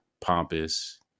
pompous